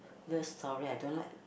love story I don't like